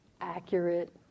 accurate